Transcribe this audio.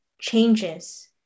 changes